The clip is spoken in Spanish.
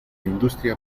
industria